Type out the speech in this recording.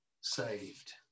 saved